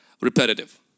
repetitive